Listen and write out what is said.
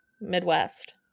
midwest